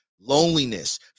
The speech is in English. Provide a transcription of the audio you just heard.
Loneliness